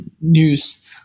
news